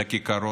לכיכרות,